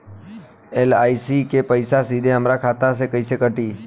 LIC के पईसा सीधे हमरा खाता से कइसे कटी?